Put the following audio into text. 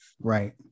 right